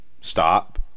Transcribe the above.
stop